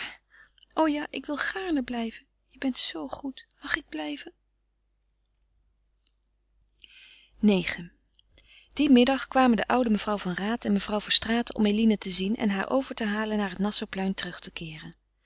o ja ik wil gaarne blijven je bent zoo goed mag ik blijven ix dien middag kwamen de oude mevrouw van raat en mevrouw verstraeten om eline te zien en haar over te halen naar het nassauplein terug te keeren